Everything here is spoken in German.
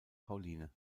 pauline